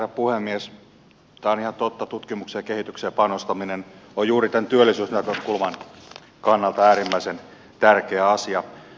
tämä on ihan totta tutkimukseen ja kehitykseen panostaminen on juuri tämän työllisyysnäkökulman kannalta äärimmäisen tärkeä asia